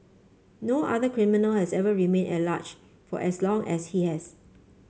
no other criminal has ever remained at large for as long as he has